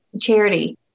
charity